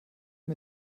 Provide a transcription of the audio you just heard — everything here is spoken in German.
mir